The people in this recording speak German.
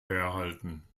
herhalten